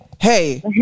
hey